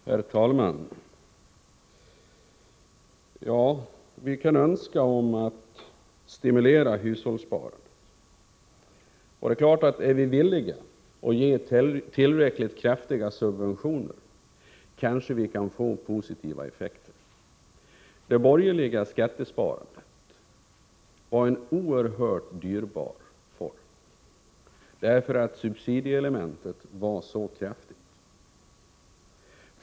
Herr talman! Vi kan önska att stimulera hushållssparandet. Är vi villiga att ge tillräckligt kraftiga subventioner kanske vi kan få positiva effekter. Det borgerliga skattesparandet var en oerhört dyrbar form, därför att subsidieelementet var så kraftigt.